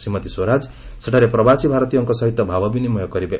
ଶ୍ରୀମତୀ ସ୍ୱରାଜ ସେଠାରେ ପ୍ରବାସୀ ଭାରତୀୟଙ୍କ ସହିତ ଭାବବିନିମୟ କରିବେ